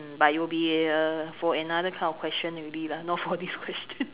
mm but it will be uh for another kind of question already lah not for this question